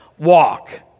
Walk